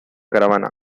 caravana